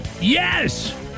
yes